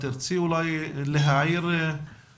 תרצי אולי להעיר על הדברים?